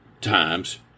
times